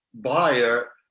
buyer